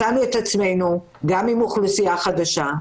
מצאנו את עצמנו גם עם אוכלוסייה חדשה,